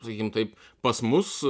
sakykim taip pas mus